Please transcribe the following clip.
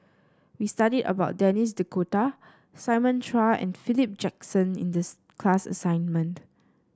we studied about Denis D'Cotta Simon Chua and Philip Jackson in these class assignment